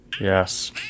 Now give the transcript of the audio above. Yes